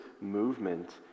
movement